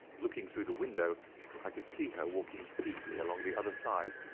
looking through the window i could see her walking feebly along the other side,